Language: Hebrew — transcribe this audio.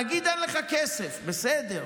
נגיד אין לך כסף, בסדר,